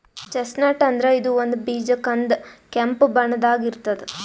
chestnut ಅಂದ್ರ ಇದು ಒಂದ್ ಬೀಜ ಕಂದ್ ಕೆಂಪ್ ಬಣ್ಣದಾಗ್ ಇರ್ತದ್